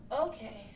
okay